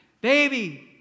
baby